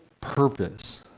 purpose